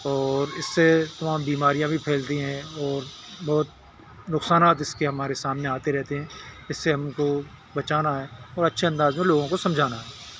اور اس سے تمام بیماریاں بھی پھیلتی ہیں اور بہت نقصانات اس کے ہمارے سامنے آتے رہتے ہیں اس سے ہم کو بچانا ہے اور اچھے انداز میں لوگوں کو سمجھانا ہے